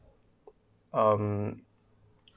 um